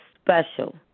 special